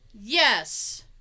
yes